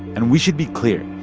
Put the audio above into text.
and we should be clear,